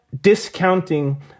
discounting